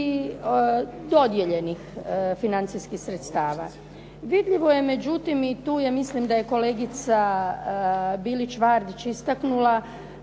i dodijeljenih financijskih sredstava. Vidljivo je međutim i tu mislim da je kolegica Bilić Vardić istaknula,